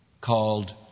called